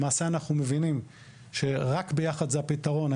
למעשה, אנחנו מבינים שרק יחד זה הפתרון.